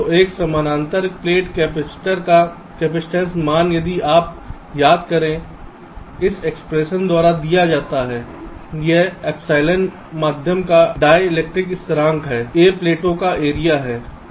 तो एक समानांतर प्लेट कैपेसिटर का कपसिटंस मान यदि आप याद करें इस एक्सप्रेशन द्वारा दिया जाता है जहां ε मध्यम का डाईइलेक्ट्रिक स्थिरांक है A प्लेटों का एरिया है और d सिपरेशन है